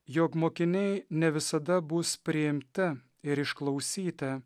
jog mokiniai ne visada bus priimti ir išklausyti